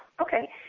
Okay